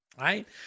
right